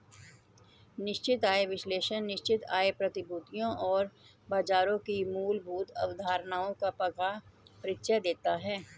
निश्चित आय विश्लेषण निश्चित आय प्रतिभूतियों और बाजारों की मूलभूत अवधारणाओं का परिचय देता है